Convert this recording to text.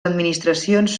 administracions